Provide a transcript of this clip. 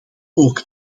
ook